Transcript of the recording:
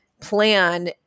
Plan